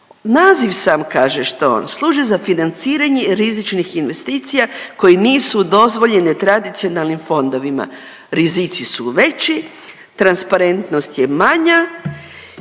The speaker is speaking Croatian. Naziv sam kaže što je on, služi za financiranje rizičnih investicija koji nisu dozvoljene tradicionalnim fondovima. Rizici su veći, transparentnost je manja